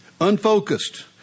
Unfocused